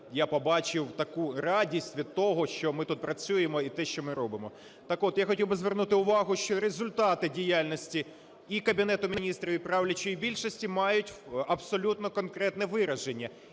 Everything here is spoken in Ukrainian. я побачив таку радість від того, що ми тут працюємо, і те, що ми робимо. Так от, я хотів би звернути увагу, що результати діяльності і Кабінету Міністрів, і правлячої більшості мають абсолютно конкретне вираження.